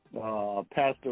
pastor